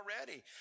already